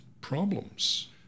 problems